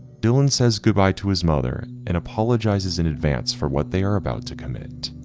dylan says goodbye to his mother and apologizes in advance for what they are about to commit.